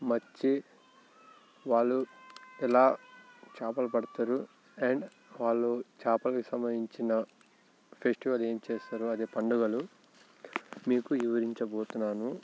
మత్స్య వాళ్ళు ఎలా చేపలు పడతారు అండ్ వాళ్ళు చేపలకి సంబంధించిన ఫెస్టివల్ ఏం చేస్తారు అదే పండుగలు మీకు వివరించబోతున్నాను